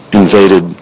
invaded